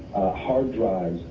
hard drive.